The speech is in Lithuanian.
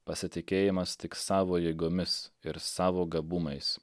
pasitikėjimas tik savo jėgomis ir savo gabumais